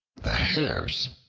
the hares,